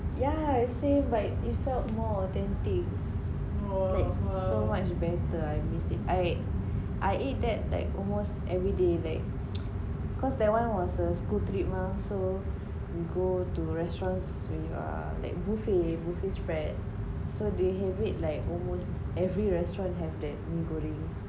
yeah its same but it felt more authentics it's like so much better I miss it I I eat that like almost everyday like cause that [one] was a school trip mah so we go to restaurant's err like buffet buffet prep so they have it like almost every restaurant have that mee goreng